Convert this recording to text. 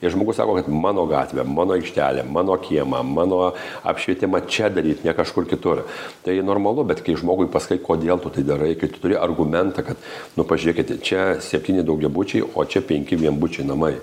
ir žmogus sako kad mano gatvę mano aikštelę mano kiemą mano apšvietimą čia daryt ne kažkur kitur tai normalu bet kai žmogui pasakai kodėl tu tai darai kai tu turi argumentą kad nu pažiūrėkit čia septyni daugiabučiai o čia penki vienbučiai namai